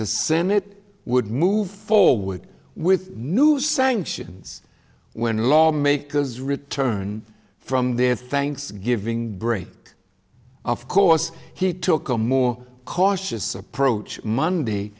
the senate would move forward with new sanctions when lawmakers return from their thanksgiving break of course he took a more cautious approach monday